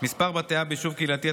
(מספר בתי אב ביישוב קהילתי),